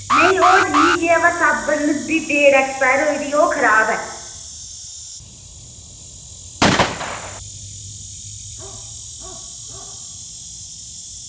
नेईं ओह् ठीक ऐ पर साबन दी डेट एक्सपायर होई दी ओह् खराब ऐ